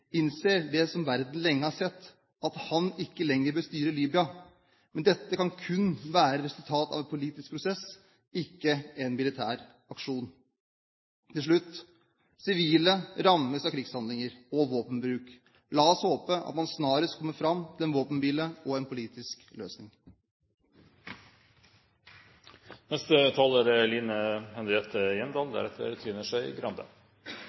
innser det som verden lenge har sett, at han ikke lenger bestyrer Libya. Men dette kan kun være resultat av en politisk prosess, ikke en militær aksjon. Til slutt: Sivile rammes av krigshandlinger og våpenbruk. La oss håpe at man snarest kommer fram til en våpenhvile og en politisk